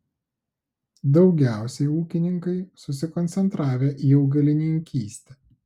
daugiausiai ūkininkai susikoncentravę į augalininkystę